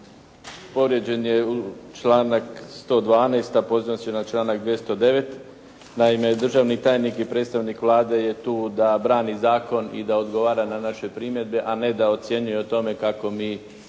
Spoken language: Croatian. Povrijeđen je članak 112., a pozivam se na članak 209. Naime, državni tajnik i predstavnik vlade je tu da brani zakon i da odgovara na naše primjedbe, a ne da ocjenjuje o tome kako mi